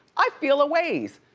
i feel a ways.